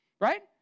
Right